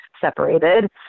separated